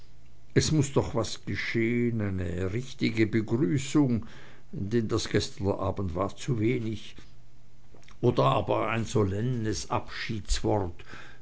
es muß doch was geschehn eine richtige begrüßung denn das gestern abend war zuwenig oder aber ein